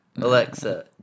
Alexa